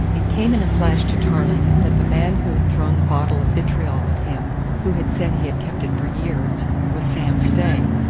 it came in a flash to tarling that the man who had thrown the bottle of vitriol at him, who had said he had kept it for years was sam stay.